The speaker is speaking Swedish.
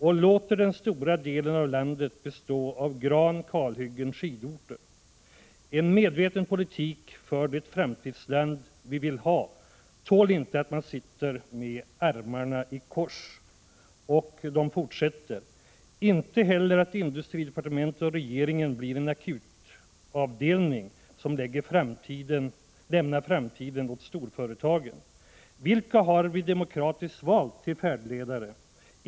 Och låter den stora delen av landet bestå av gran, kalhyggen och skidorter. En medveten politik för det framtidsland vi vill ha tål inte att vi sitter med armarna i kors —-——. Inte heller att industridepartementet och regeringen blir en akutavdelning som lämnar framtiden åt storföretagen. Vilka har vi demokratiskt valt till färdledare?